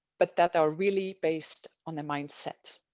but that are really based on the mind set.